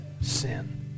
sin